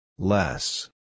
Less